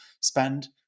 spend